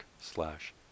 slash